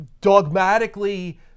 dogmatically